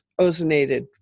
ozonated